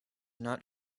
not